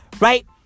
Right